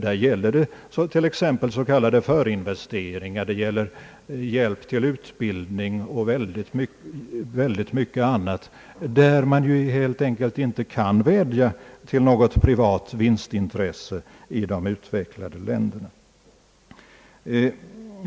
Det gäller här t.ex. s.k. förinvesteringar, hjälp till utbildning och mycket annat, i vilka fall man helt enkelt inte kan vädja till privat vinstintresse i de utvecklade länderna.